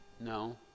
No